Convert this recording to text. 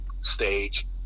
stage